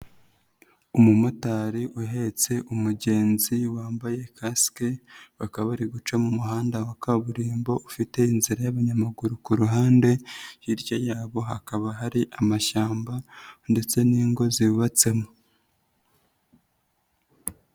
Umumotari uhetse umugenzi wambaye kasike, bakaba bari guca mu muhanda wa kaburimbo ufite inzira y'abanyamaguru ku ruhande, hirya yabo hakaba hari amashyamba ndetse n'ingo zubabatsemo.